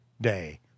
day